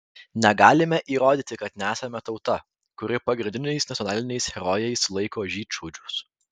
negalime įrodyti kad nesame tauta kuri pagrindiniais nacionaliniais herojais laiko žydšaudžius